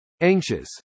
Anxious